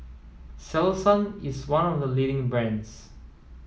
Selsun is one of the leading brands